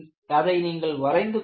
அதை நீங்கள் வரைந்து கொள்ளுங்கள்